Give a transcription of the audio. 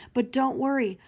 but don't worry,